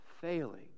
failing